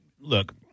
Look